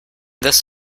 this